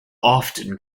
often